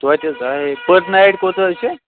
تۄتہِ پٔر نایِٹ کوٗتاہ حظ چھِ